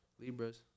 Libras